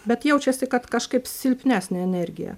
bet jaučiasi kad kažkaip silpnesnė energija